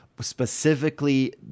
specifically